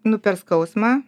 nu per skausmą